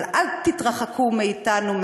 אבל אל תתרחקו מאתנו,